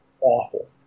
awful